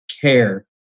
care